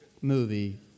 movie